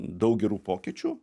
daug gerų pokyčių